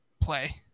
play